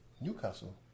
Newcastle